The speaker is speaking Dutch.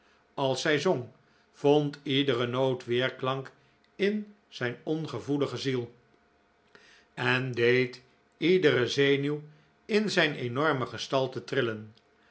als zij zong vond iedere noot weerklank in zijn ongevoelige ziel en deed iedere zenuw in zijn enorme gestalte trillen